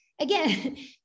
again